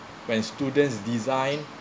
when students design